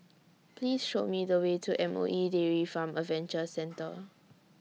Please Show Me The Way to M O E Dairy Farm Adventure Centre